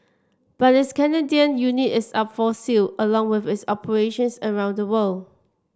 but this Canadian unit is up for sale along with its operations around the world